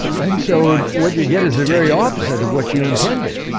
and so, what you get is the very opposite of what you intended.